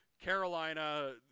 Carolina